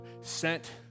sent